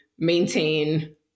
maintain